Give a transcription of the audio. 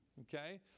Okay